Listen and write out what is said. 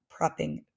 prepping